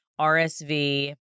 RSV